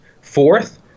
fourth